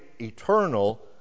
eternal